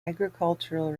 agricultural